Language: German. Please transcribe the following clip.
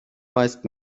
meist